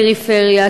מהפריפריה,